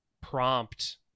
prompt